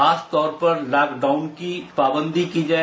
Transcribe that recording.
खासतौर पर लॉकडाउन की पाबंदी की जाए